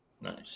nice